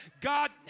God